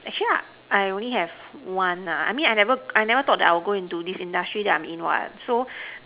actually I I only have one nah I mean I never I never thought I would go into this industry that I'm in what so